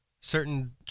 certain